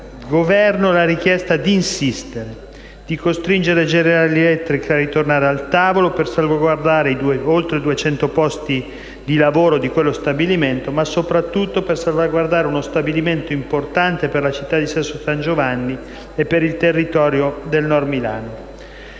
Governo la richiesta di insistere e costringere General Electric a ritornare al tavolo per salvaguardare gli oltre 200 posti di lavoro di quello stabilimento, ma soprattutto per salvaguardare uno stabilimento importante per la città di Sesto San Giovanni e per il territorio del Nord di Milano.